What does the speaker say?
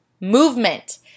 Movement